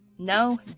No